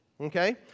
Okay